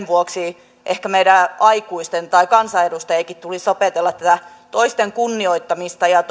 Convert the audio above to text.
vuoksi ehkä meidän aikuisten kansanedustajienkin tulisi opetella tätä toisten kunnioittamista ja